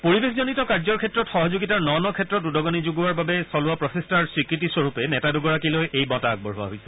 পৰিৱেশজনিত কাৰ্যৰ ক্ষেত্ৰত সহযোগিতাৰ ন ন ক্ষেত্ৰত উদগণি যোগোৱাৰ বাবে চলোৱা প্ৰচেষ্টাৰ স্বীকৃতিস্বৰূপে নেতা দুগৰাকীলৈ এই বঁটা আগবঢ়োৱা হৈছে